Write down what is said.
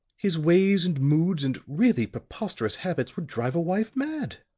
his ways and moods and really preposterous habits would drive a wife mad.